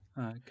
okay